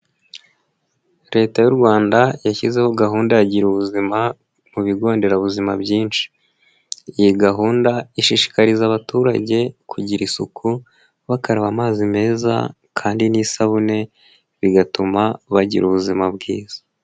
Leta y'u Rwanda yashyizeho gahunda ya gira ubuzima mu bigo nderabuzima byinshi, iyi gahunda ishishikariza abaturage kugira isuku bakaraba amazi meza kandi n'isabune bigatuma bagira ubuzima bwiza.